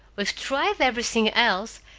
we've tried everything else.